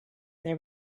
there